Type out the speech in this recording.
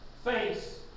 face